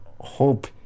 hope